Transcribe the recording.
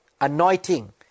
anointing